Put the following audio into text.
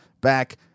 back